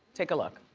take a look.